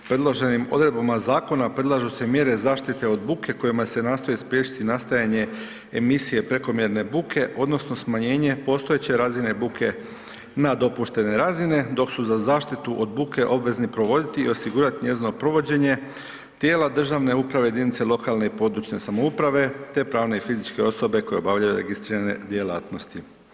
Predloženim odredbama zakona predlažu se mjere zaštite od buke kojima se nastoji spriječiti nastajanje emisije prekomjerne buke odnosno smanjenje postojeće razine buke na dopuštene razine dok su za zaštitu od buke obvezni provoditi i osigurat njezino provođenje tijela državne uprave jedinice lokalne i područne samouprave, te pravne i fizičke osobe koje obavljaju registrirane djelatnosti.